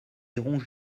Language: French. irons